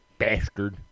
bastard